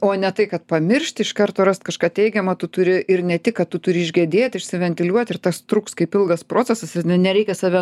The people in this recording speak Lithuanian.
o ne tai kad pamiršt iš karto rast kažką teigiamo tu turi ir ne tik kad tu turi išgedėt išsiventiliuot ir tas truks kaip ilgas procesas ir nereikia save